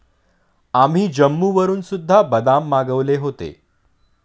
आम्ही जम्मूवरून सुद्धा बदाम मागवले होते